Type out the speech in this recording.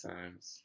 Times